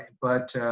but